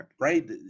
right